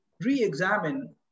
re-examine